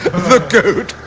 the goat?